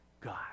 God